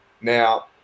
Now